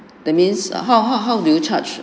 that means err how how how do you charge